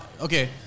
Okay